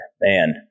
man